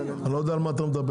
אני לא יודע על מה אתה מדבר?